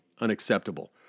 unacceptable